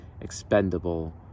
expendable